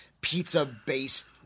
pizza-based